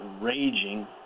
raging